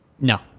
no